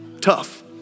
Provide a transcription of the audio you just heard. tough